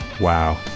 wow